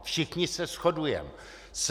Všichni se shodujeme.